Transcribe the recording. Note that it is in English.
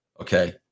Okay